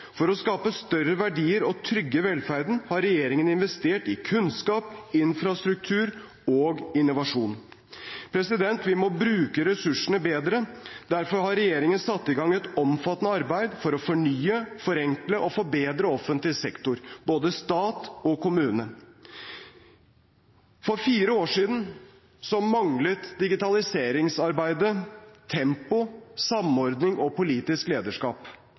For å skape større verdier og trygge velferden har regjeringen investert i kunnskap, infrastruktur og innovasjon. Vi må bruke ressursene bedre. Derfor har regjeringen satt i gang et omfattende arbeid for å fornye, forenkle og forbedre offentlig sektor, både stat og kommune. For fire år siden manglet digitaliseringsarbeidet tempo, samordning og politisk lederskap.